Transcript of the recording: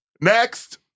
next